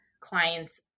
clients